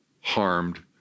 harmed